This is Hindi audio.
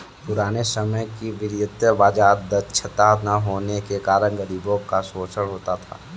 पुराने समय में वित्तीय बाजार दक्षता न होने के कारण गरीबों का शोषण होता था